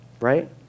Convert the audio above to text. right